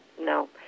No